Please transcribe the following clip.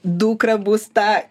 dukra bus ta